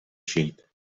sheep